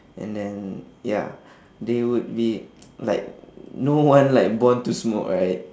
and then ya they would be like no one like born to smoke right